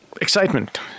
Excitement